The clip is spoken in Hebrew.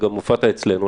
וגם הופעת אצלנו,